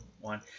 one